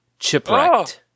Chipwrecked